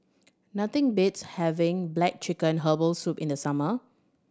nothing beats having black chicken herbal soup in the summer